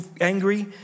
angry